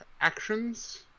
actions